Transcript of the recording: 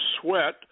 sweat